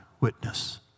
witness